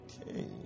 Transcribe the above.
Okay